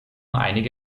einige